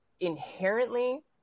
Inherently